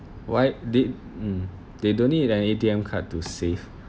why did mm they don't need an A_T_M card to save